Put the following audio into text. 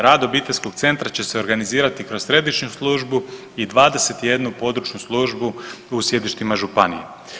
Rad obiteljskog centra će se organizirati kroz središnju službu i 21 područnu službu u sjedištima županije.